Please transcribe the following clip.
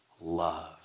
love